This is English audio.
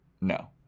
No